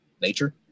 nature